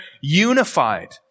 unified